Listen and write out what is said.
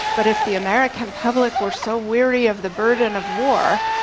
but if the american public were so weary of the burden of war,